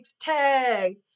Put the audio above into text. tag